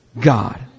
God